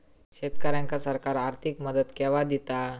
शेतकऱ्यांका सरकार आर्थिक मदत केवा दिता?